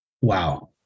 Wow